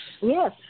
Yes